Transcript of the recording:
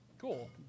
cool